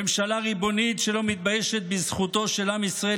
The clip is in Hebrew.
ממשלה ריבונית שלא מתביישת בזכותו של עם ישראל